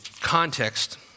context